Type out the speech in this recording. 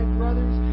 brothers